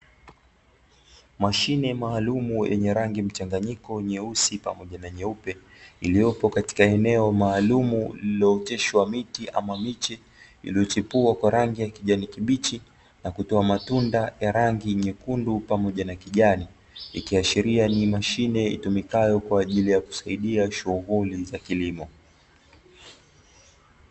Mashine maalumu, yenye rangi mchanganyiko nyeusi, pamoja na nyeupe iliyopo katika eneo maalumu lililooteshwa miti ama miche iliyochipua kwa rangi ya kijani kibichi na kutoa matunda ya rangi nyekundu pamoja na kijani, ikiashiria ni mashine itumikayo kwa ajili ya kusaidia shughuli za kilimo.